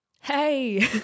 Hey